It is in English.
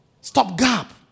stopgap